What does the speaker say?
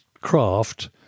craft